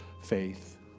faith